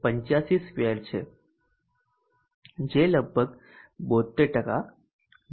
85 square છે જે લગભગ 72 0